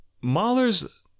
Mahler's